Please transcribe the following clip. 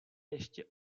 ještě